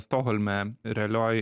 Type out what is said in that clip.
stokholme realioj